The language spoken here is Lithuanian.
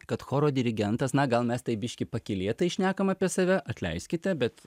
kad choro dirigentas na gal mes tai biškį pakylėtai šnekam apie save atleiskite bet